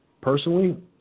personally